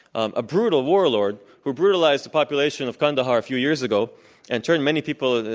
um a brutal warlord who brutalized the population of kandahar a few years ago and turned many people,